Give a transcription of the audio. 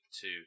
two